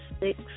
six